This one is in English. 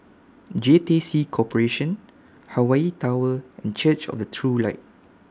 J T C Corporation Hawaii Tower and Church of The True Light